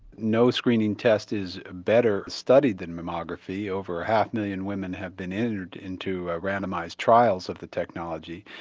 no screening test is better studied than mammography. over half million women have been entered into randomised trials of the technology.